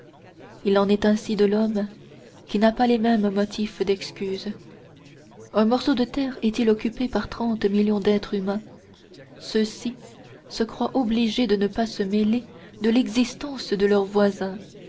il en est ainsi de l'homme qui n'a pas les mêmes motifs d'excuse un morceau de terre est-il occupé par trente millions d'êtres humains ceux-ci se croient obligés de ne pas se mêler de l'existence de leurs voisins